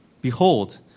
Behold